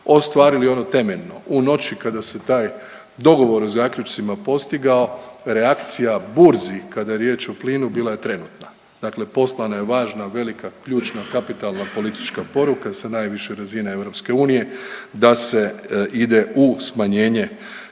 ostvarili ono temeljno u noći kada se taj dogovor o zaključcima postigao reakcija burzi kada je riječ o plinu bila je trenutna. Dakle, poslana je velika, važna, ključna kapitalna politička poruka sa najviše razine Europske unije da se ide u smanjenje